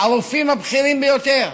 הרופאים הבכירים ביותר,